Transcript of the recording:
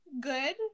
good